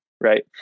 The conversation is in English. Right